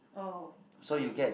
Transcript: oh I see